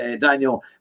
daniel